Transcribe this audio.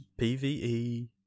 PvE